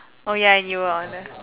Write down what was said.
oh ya you are the